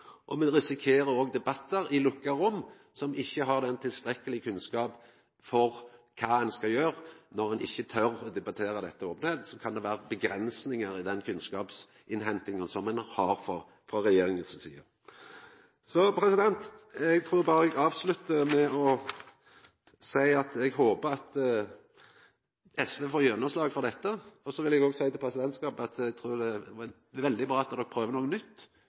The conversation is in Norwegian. Me risikerer òg debattar i lukka rom, der ein ikkje har tilstrekkeleg kunnskap om kva ein skal gjera – når ein ikkje tør å debattera dette i openheit, kan det vera avgrensingar i den kunnskapsinnhentinga som ein har frå regjeringa si side. Eg trur berre eg avsluttar med å seia at eg håper at SV får gjennomslag for dette. Så vil eg òg seia til presidentskapet at det er veldig bra at dei prøver noko nytt for å få debatt, ikkje minst om Grunnlova. Det er